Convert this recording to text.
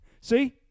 see